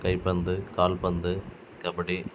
கைப்பந்து கால்பந்து கபடி